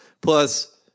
Plus